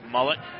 Mullet